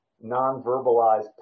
non-verbalized